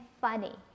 funny